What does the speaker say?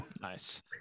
Nice